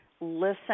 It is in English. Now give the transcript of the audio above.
listen